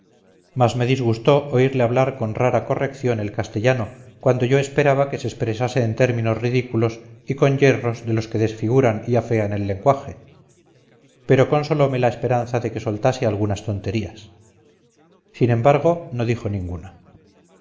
mas me disgustó oírle hablar con rara corrección el castellano cuando yo esperaba que se expresase en términos ridículos y con yerros de los que desfiguran y afean el lenguaje pero consolome la esperanza de que soltase algunas tonterías sin embargo no dijo ninguna